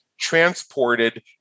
transported